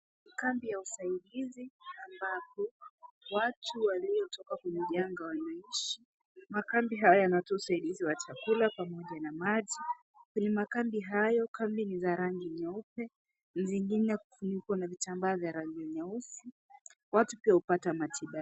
Kambi ya usaidizi ambapo watu walitoka kwenye janga wanaishi. Makambi haya yanatoa usaidizi wa chakula pamoja na maji. Kwenye makambi hayo kambi ni za rangi nyeupe zingine kufunikwa na vitambaa za rangi nyeusi. Watu pia hupata matiba.